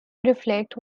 reflect